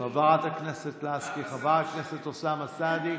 חברת הכנסת לסקי, חבר הכנסת אוסאמה סעדי,